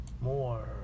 more